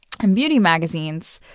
and beauty magazines,